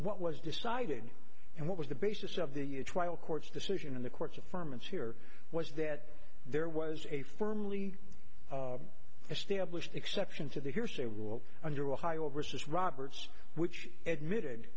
what was decided and what was the basis of the court's decision in the court's affirm and here was that there was a firmly established exception to the hearsay rule under ohio versus roberts which admitted